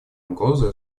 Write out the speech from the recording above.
угрозой